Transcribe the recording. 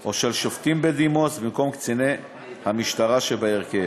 או שופטים בדימוס במקום קציני המשטרה שבהרכב.